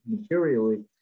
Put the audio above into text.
materially